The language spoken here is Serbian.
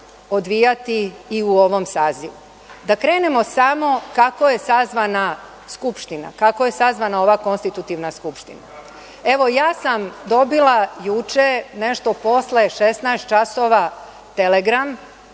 odvijati i u ovom sazivu. Da krenemo samo kako je sazvana Skupština, kako je sazvana ova konstitutivna Skupština. Evo, ja sam dobila juče nešto posle 16,00 časova telegram